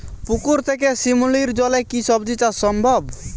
পুকুর থেকে শিমলির জলে কি সবজি চাষ সম্ভব?